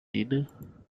dinner